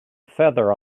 feather